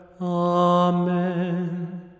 Amen